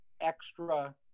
extra